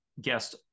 guest